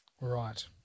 Right